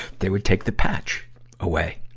they would take the patch away.